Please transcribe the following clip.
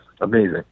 amazing